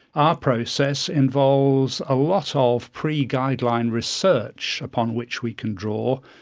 our process involves a lot ah of pre-guideline research upon which we can draw,